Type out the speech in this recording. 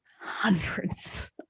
hundreds